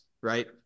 right